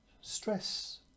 stress